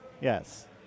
yes